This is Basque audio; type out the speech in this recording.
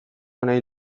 nahi